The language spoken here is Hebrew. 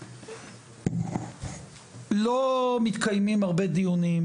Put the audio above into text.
לא מתקיימים הרבה דיונים,